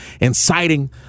inciting